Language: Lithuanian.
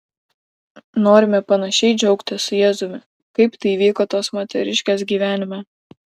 norime panašiai džiaugtis su jėzumi kaip tai įvyko tos moteriškės gyvenime